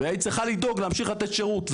והיא צריכה לדאוג להמשיך לתת שירות.